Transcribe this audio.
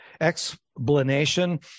explanation